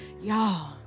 y'all